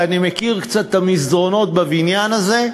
ואני מכיר קצת את המסדרונות בבניין הזה,